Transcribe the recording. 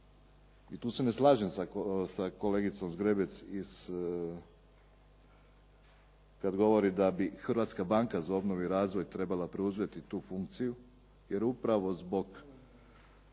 I tu se ne slažem sa kolegicom Zgrebec kad govori da bi Hrvatska banka za obnovu i razvoj trebala preuzeti tu funkciju jer upravo zbog